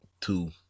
two